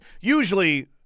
usually